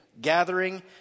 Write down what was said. gathering